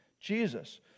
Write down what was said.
Jesus